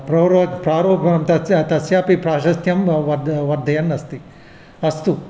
प्रवरो प्रारोहं तस्य तस्यापि प्राशस्त्यं वर्द वर्धयन् अस्ति अस्तु